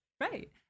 right